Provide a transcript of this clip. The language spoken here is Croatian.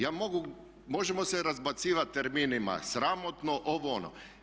Ja mogu, možemo se razbacivati terminima sramotno, ovo ono.